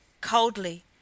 coldly